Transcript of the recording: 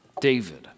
David